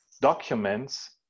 documents